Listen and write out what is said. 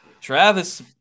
Travis